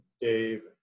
Dave